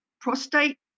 prostate